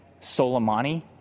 Soleimani